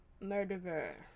murderer